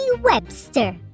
Webster